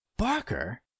Barker